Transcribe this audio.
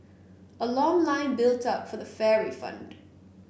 a long line built up for the fare refund